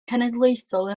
cenedlaethol